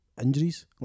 injuries